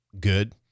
Good